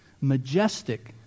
majestic